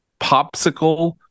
popsicle